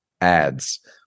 ads